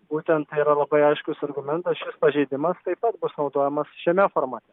būtent tai yra labai aiškus argumentas šis pažeidimas taip pat bus naudojamas šiame formate